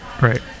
Right